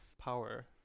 power